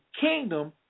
kingdom